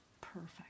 perfect